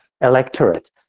electorate